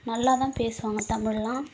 நல்லாதான் பேசுவாங்க தமிழ்லாம்